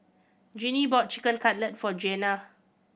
Gene bought Chicken Cutlet for Jeanna